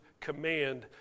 command